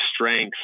strengths